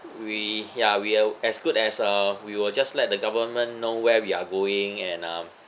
we ya we are as good as uh we will just let the government know where we are going and um